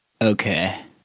Okay